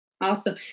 awesome